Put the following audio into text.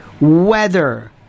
weather